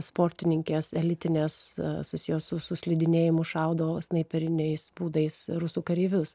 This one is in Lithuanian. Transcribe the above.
sportininkės elitinės susijusios su slidinėjimu šaudo snaiperiniais būdais rusų kareivius